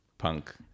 punk